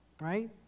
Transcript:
right